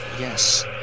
Yes